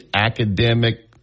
academic